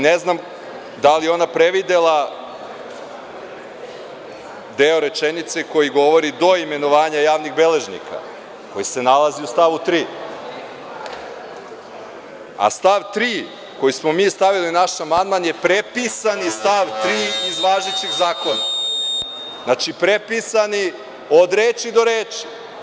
Ne znam da li je ona previdela deo rečenice koji govori: „do imenovanja javnih beležnika“, koji se nalazi u stavu 3, a stav 3. koji smo mi stavili u naš amandman je prepisani stav 3. iz važećeg Zakona, znači, prepisani, od reči do reči.